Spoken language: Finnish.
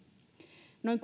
noin